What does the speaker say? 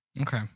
Okay